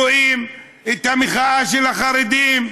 רואים את המחאה של החרדים,